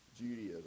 Judaism